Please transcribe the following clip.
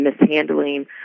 mishandling